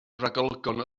ragolygon